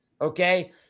okay